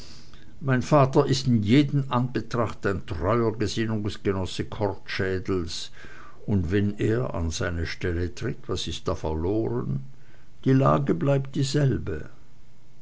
mein vater ist in jedem anbetracht ein treuer gesinnungsgenosse kortschädels und wenn er an seine stelle tritt was ist da verloren die lage bleibt dieselbe